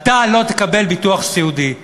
אתה לא תקבל ביטוח סיעודי.